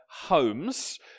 homes